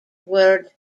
word